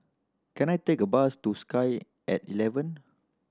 can I take a bus to Sky At Eleven